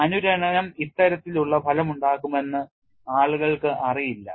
അനുരണനം ഇത്തരത്തിലുള്ള ഫലമുണ്ടാക്കുമെന്ന് ആളുകൾക്ക് അറിയില്ല